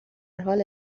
حال